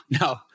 no